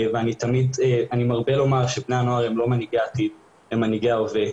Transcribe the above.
אני מרבה לומר שבני הנוער הם לא מנהיגי העתיד אלא הם מנהיגי ההווה.